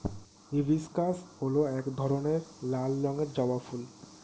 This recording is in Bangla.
হিবিস্কাস হল এক ধরনের লাল রঙের জবা ফুল